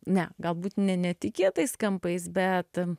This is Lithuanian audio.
ne galbūt ne netikėtais kampais bet